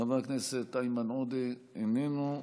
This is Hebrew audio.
חבר הכנסת איימן עודה, איננו.